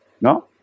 no